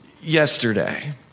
yesterday